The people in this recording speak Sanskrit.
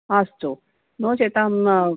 अस्तु नो चेत् अहं